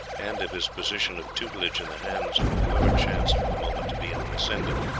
and of his position of tutelage in the hands of whoever chanced for the moment to be in the ascendant,